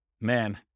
man